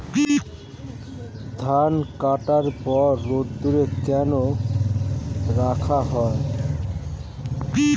ধান কাটার পর রোদ্দুরে কেন ফেলে রাখা হয়?